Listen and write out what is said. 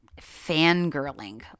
fangirling